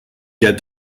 get